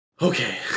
okay